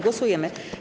Głosujemy.